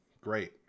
great